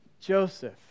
Joseph